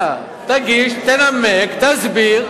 ומתקיימות בו פעולות לקידום תרבות תורנית.